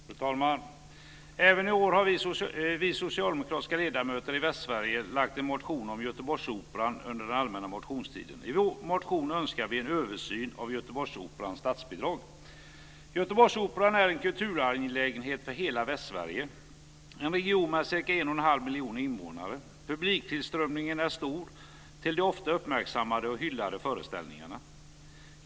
Fru talman! Även i år har vi socialdemokratiska ledamöter i Västsverige lagt en motion om Göteborgsoperan under den allmänna motionstiden. I vår motion önskar vi en översyn av Göteborgsoperans statsbidrag. Göteborgsoperan är en kulturangelägenhet för hela Västsverige - en region med ca 1 1⁄2 miljon invånare. Publiktillströmningen är stor till de ofta uppmärksammade och hyllade föreställningarna.